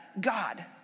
God